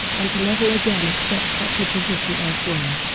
and to never again accept such a position elsewhere.